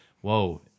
whoa